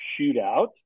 shootout